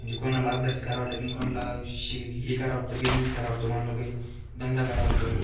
म्हणजे कोणाला अभ्यास करा वाटत नाही कोणला शीग हे करावं वाटतं बिजनेस करावं वाटतो कोणाला काही धंदा करावं वाटतो